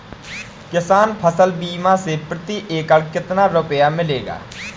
किसान फसल बीमा से प्रति एकड़ कितना रुपया मिलेगा?